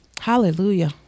Hallelujah